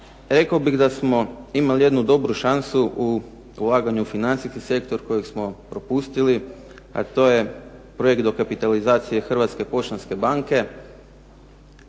rekao bih da smo imali jednu dobru šansu u ulaganju u financijski sektor kojeg smo propustili, a to je projekt dokapitalizacije Hrvatske poštanske banke.